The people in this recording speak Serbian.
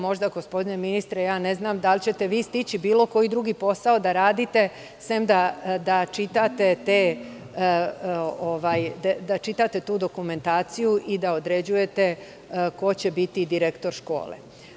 Možda, gospodine ministre, ne znam da li ćete stići bilo koji drugi posao da radite, osim da čitate tu dokumentaciju i da određujete ko će biti direktor škole.